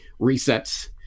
resets